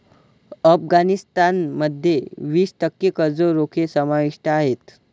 अफगाणिस्तान मध्ये वीस टक्के कर्ज रोखे समाविष्ट आहेत